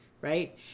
right